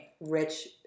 rich